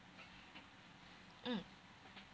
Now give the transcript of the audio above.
mm